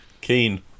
keen